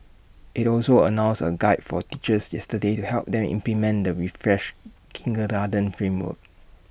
IT also announced A guide for teachers yesterday to help them implement the refreshed kindergarten framework